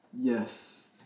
Yes